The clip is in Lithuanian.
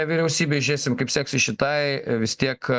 vyriausybėj žiūrėsim kaip seksis šitai vis tiek